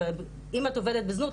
אבל אם את עובדת בזנות,